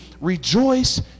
rejoice